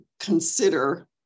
consider